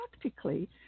practically